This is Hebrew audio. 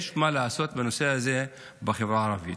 יש מה לעשות בנושא הזה בחברה הערבית.